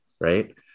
right